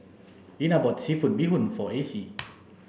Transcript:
Linna bought seafood bee hoon for Acy